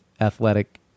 athletic